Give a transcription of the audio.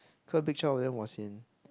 quite a big chunk of them was in